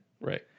Right